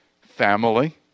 family